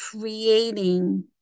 creating